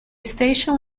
station